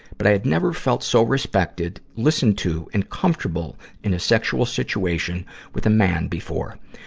but i had never felt so respected, listened to, and comfortable in a sexual situation with a man before.